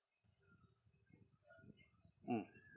mm